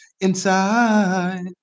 inside